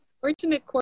fortunate